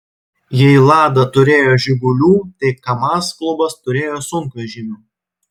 jei lada turėjo žigulių tai kamaz klubas turėjo sunkvežimių